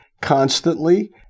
constantly